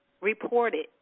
reported